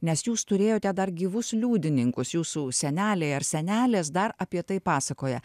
nes jūs turėjote dar gyvus liudininkus jūsų seneliai ar senelės dar apie tai pasakoja